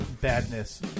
badness